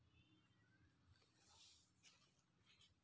ಕಬ್ಬಿನ ಬೆಳೆ ತೆಗೆಯಲು ತುಂತುರು ನೇರಾವರಿ ಉಪಯೋಗ ಆಕ್ಕೆತ್ತಿ?